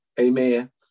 Amen